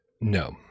No